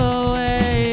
away